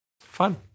Fun